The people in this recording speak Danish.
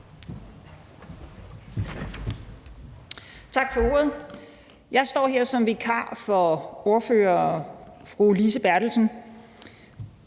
Tak for ordet. Jeg står her som vikar for ordfører fru Lise Bertelsen,